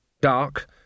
dark